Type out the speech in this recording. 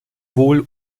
wohl